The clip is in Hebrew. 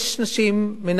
יש נשים מנהלות,